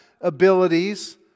abilities